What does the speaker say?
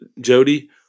Jody